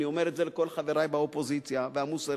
אני אומר את זה לכל חברי באופוזיציה והמוסרית.